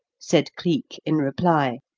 said cleek, in reply,